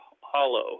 hollow